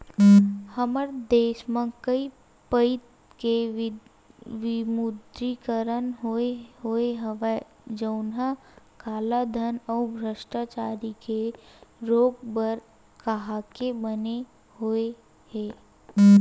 हमर देस म कइ पइत के विमुद्रीकरन होय होय हवय जउनहा कालाधन अउ भस्टाचारी के रोक बर काहेक बने होय हे